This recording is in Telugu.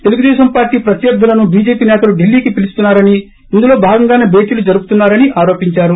తెలుగదేశం పార్టీ ప్రత్యర్థులను చీజేపీ సేతలు దిల్లీకి పిలిపిస్తున్నారని ఇందులో భాగంగానే భేటీలు జరుపుతున్నారని ఆరోపించారు